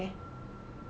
oh okay okay